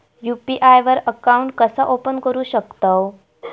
UPI वर account कसा open करू शकतव?